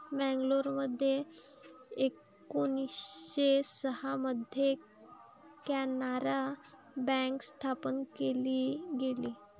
मंगलोरमध्ये एकोणीसशे सहा मध्ये कॅनारा बँक स्थापन केली गेली